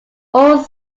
old